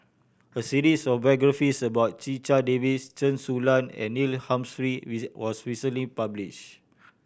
a series of biographies about Checha Davies Chen Su Lan and Neil Humphreys was recently published